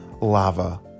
lava